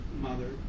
mother